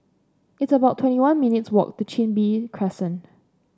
it's about twenty one minutes' walk to Chin Bee Crescent